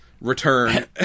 return